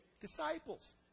disciples